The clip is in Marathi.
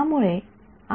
त्यामुळे आणि